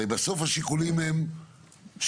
אני מתנגד.